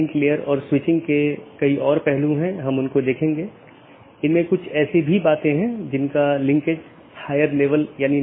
धीरे धीरे हम अन्य परतों को देखेंगे जैसे कि हम ऊपर से नीचे का दृष्टिकोण का अनुसरण कर रहे हैं